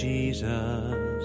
Jesus